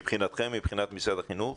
מבחינתכם, מבחינת משרד החינוך.